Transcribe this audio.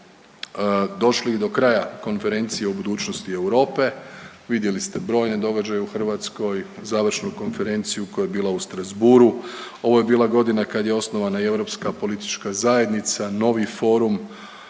kada smo došli do kraja Konferencije o budućnosti Europe. Vidjeli ste brojne događaje u Hrvatskoj, završnu konferenciju koja je bila u Strasbourgu. Ovo je bila godina kad je osnovana i Europska politička zajednica, novi forum